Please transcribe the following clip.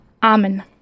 Amen